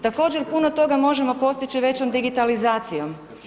Također puno toga možemo postići većom digitalizacijom.